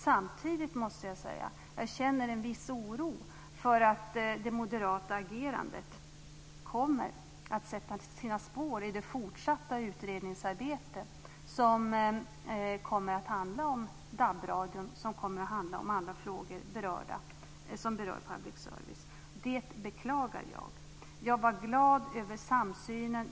Samtidigt måste jag säga att jag känner en viss oro för att det moderata agerandet kommer att sätta sina spår i det fortsatta utredningsarbetet som kommer att handla om DAB-radion och andra frågor som berör public service. Det beklagar jag. Jag var glad över samsynen.